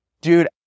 dude